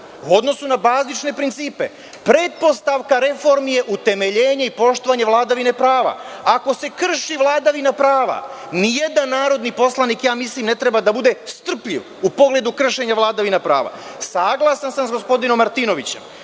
koncepte, bazične principe. Pretpostavka reformi je utemeljenje i poštovanje vladavine prava. Ako se krši vladavina prava, ni jedan narodni poslanik, mislim, ne treba da bude strpljiv u pogledu kršenja vladavine prava. Saglasan sam sa gospodinom Martinovićem